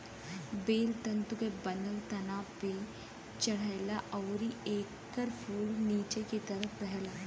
बेल तंतु के बनल तना पे चढ़ेला अउरी एकर फूल निचे की तरफ रहेला